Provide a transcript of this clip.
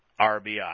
RBI